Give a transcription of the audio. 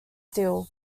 steel